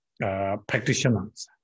practitioners